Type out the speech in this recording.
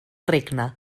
regne